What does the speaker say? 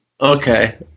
Okay